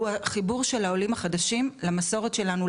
הוא החיבור של העולים החדשים למסורת שלנו,